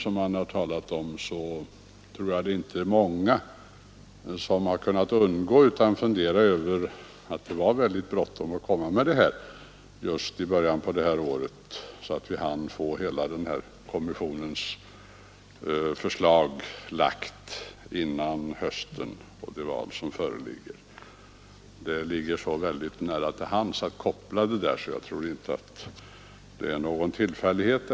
Jag tror inte det är många som kunnat undgå att tänka på att det var väldigt bråttom att komma med det här förslaget just i början av detta år så att vi hann få fram kommissionens förslag innan höstens val. Det ligger så väldigt nära till hands att koppla ihop detta att jag tror inte det hela varit någon tillfällighet.